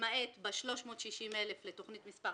למעט ב-360 אלף לתכנית מספר